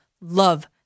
love